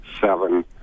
seven